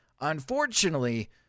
Unfortunately